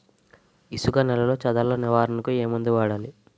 ఇసుక నేలలో చదల నివారణకు ఏ మందు వాడాలి?